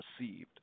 received